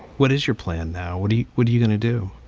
what is your plan now? what he would you going to do?